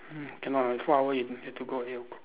cannot ah four hour you have to go at eight O-clock